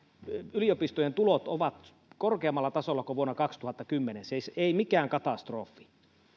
yliopistojen tulot ovat korkeammalla tasolla kuin vuonna kaksituhattakymmenen siis ei mikään katastrofi